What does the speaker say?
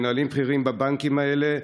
מנהלים בכירים בבנקים האלה,